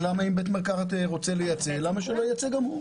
אם בית מרקחת רוצה לייצא, למה שלא ייצא גם הוא?